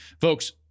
folks